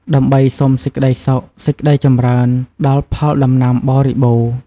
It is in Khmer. ដើម្បី សុំសេចក្តីសុខ សេចក្តីចម្រើន ដល់ផលដំណាំបរិបូរណ៍។